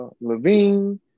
Levine